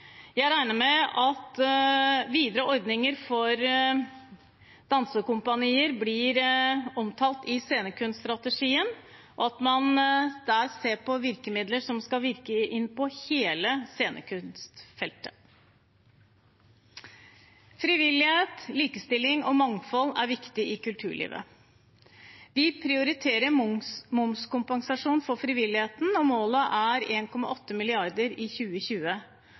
Jeg regner med at videre ordninger for dansekompanier blir omtalt i scenekunststrategien, og at man der ser på virkemidler som skal virke inn på hele scenekunstfeltet. Frivillighet, likestilling og mangfold er viktig i kulturlivet. Vi prioriterer momskompensasjon for frivilligheten, og målet er 1,8 mrd. kr i 2020.